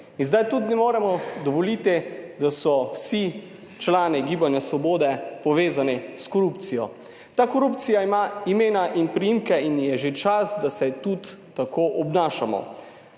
in zdaj tudi ne moremo dovoliti, da so vsi člani Gibanja svobode povezani s korupcijo. Ta korupcija ima imena in priimke in je že čas, da se tudi tako obnašamo.